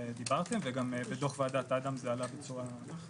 שדובר עליו וזה עלה גם בדו"ח ועדת אדם בצורה נחרצת.